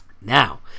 Now